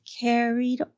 carried